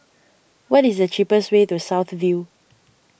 what is the cheapest way to South View